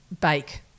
bake